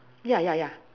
yeah yeah yeah